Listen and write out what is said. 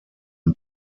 den